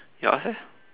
yours eh